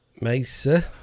Mesa